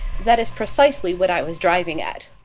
that is precisely what i was driving at.